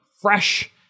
fresh